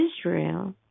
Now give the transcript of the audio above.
Israel